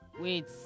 Wait